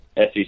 SEC